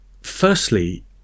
firstly